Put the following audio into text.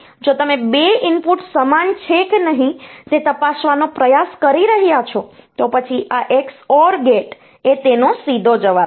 તેથી જો તમે 2 ઇનપુટ સમાન છે કે નહીં તે તપાસવાનો પ્રયાસ કરી રહ્યાં છો તો પછી આ XOR ગેટ એ તેનો સીધો જવાબ છે